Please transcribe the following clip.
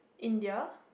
India